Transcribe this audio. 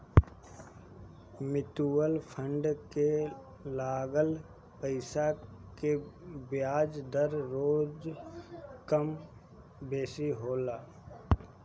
mutual fund के लागल पईसा के बियाज दर रोज कम बेसी होला